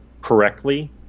correctly